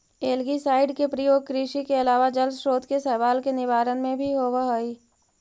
algicide के प्रयोग कृषि के अलावा जलस्रोत के शैवाल के निवारण में भी होवऽ हई